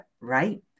right